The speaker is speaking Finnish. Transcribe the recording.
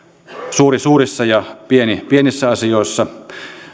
suurissa ja pienissä asioissa